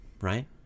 Right